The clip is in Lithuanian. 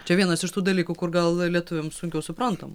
čia vienas iš tų dalykų kur gal lietuviams sunkiau suprantam